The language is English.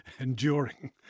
enduring